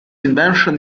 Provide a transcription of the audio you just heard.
invention